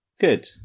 Good